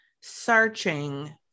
searching